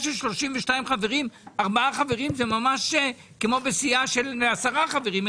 של 32 חברים זה ממש כמו בסיעה של 10 חברים.